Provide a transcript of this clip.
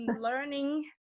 learning